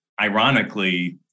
ironically